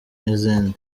n’izindi